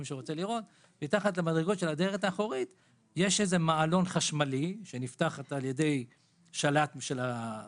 אם מישהו רוצה לראות יש מעלון חשמלי שנפתח על ידי השלט של הנהג,